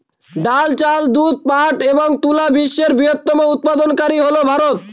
ডাল, চাল, দুধ, পাট এবং তুলা বিশ্বের বৃহত্তম উৎপাদনকারী হল ভারত